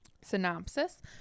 synopsis